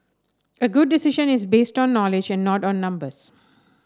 a good decision is based on knowledge and not on numbers